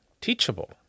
teachable